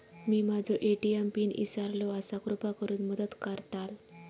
मी माझो ATM pin इसरलो आसा कृपा करुन मदत करताल